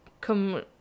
come